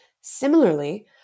Similarly